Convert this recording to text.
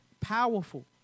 powerful